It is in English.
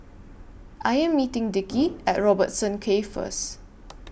I Am meeting Dickie At Robertson Quay First